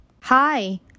Hi